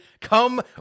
come